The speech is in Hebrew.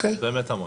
באמת המון.